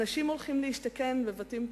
אנשים הולכים להשתכן בבתים פרטיים,